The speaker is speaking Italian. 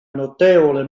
notevole